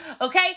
Okay